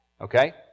okay